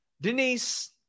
Denise